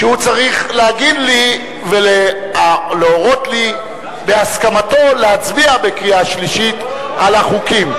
שצריך להגיד לי ולהורות לי בהסכמתו להצביע בקריאה שלישית על החוקים.